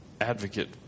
advocate